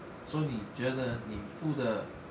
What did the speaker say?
so 你觉得你付的